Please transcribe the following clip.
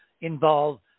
involve